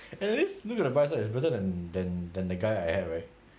at least look at the price is better than than than the guy I had right